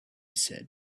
said